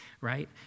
right